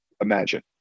imagine